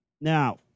Now